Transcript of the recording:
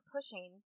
pushing